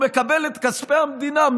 שמקבל את כספי המדינה,